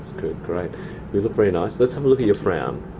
great. you look very nice. let's um look at your frown.